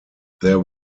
there